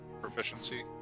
proficiency